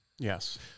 Yes